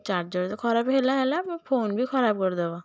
charger ତ ଖରାପ ହେଲା ହେଲା ଫୋନ୍ ବି ଖରାପ କରିଦେବ